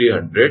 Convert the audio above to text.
88 2